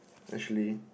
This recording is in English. actually